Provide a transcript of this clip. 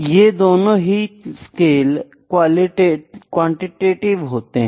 ये दोनों ही स्केल क्वांटिटीव होते हैं